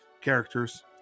characters